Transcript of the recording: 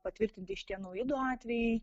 patvirtinti šitie nauji du atvejai